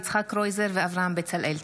יצחק קרויזר ואברהם בצלאל,